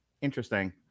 interesting